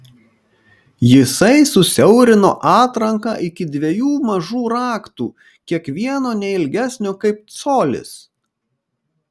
jisai susiaurino atranką iki dviejų mažų raktų kiekvieno ne ilgesnio kaip colis